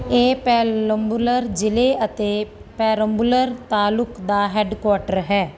ਇਹ ਪੇਰੰਬਲੂਰ ਜ਼ਿਲ੍ਹੇ ਅਤੇ ਪੇਰੰਬਲੂਰ ਤਾਲੁਕ ਦਾ ਹੈੱਡਕੁਆਰਟਰ ਹੈ